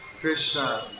Krishna